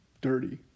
dirty